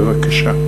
בבקשה.